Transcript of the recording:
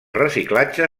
reciclatge